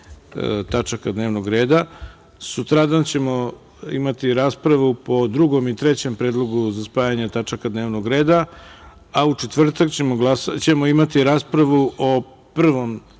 tačaka dnevnog reda, sutradan ćemo imati raspravu po drugom i trećem predlogu za spajanje tačaka dnevnog reda, a u četvrtak ćemo imati raspravu o prvom